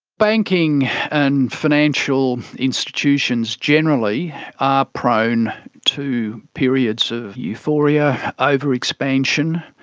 banking and financial institutions generally are prone to periods of euphoria, over-expansion,